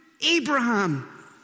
Abraham